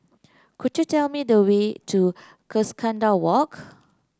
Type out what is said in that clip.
could you tell me the way to Cuscaden Walk